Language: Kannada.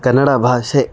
ಕನ್ನಡ ಭಾಷೆ